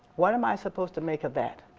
what am i supposed to make of that?